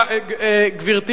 גברתי